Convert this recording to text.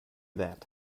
that